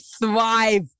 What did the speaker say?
thrive